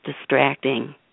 distracting